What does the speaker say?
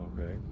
Okay